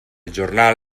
jornal